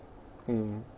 mm